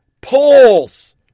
polls